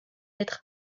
être